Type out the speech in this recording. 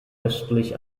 östlich